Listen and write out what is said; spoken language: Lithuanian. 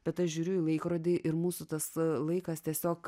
bet aš žiūriu į laikrodį ir mūsų tas laikas tiesiog